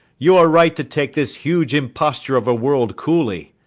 you are right to take this huge imposture of a world coolly.